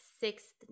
sixth